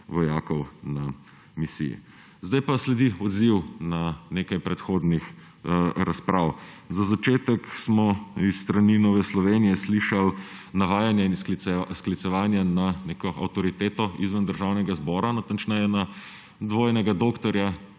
vojakov na misiji. Zdaj pa sledi odziv na nekaj predhodnih razprav. Za začetek smo s strani Nove Slovenije slišali navajanje in sklicevanje na neko avtoriteto izven Državnega zbora, natančneje na dvojnega doktorja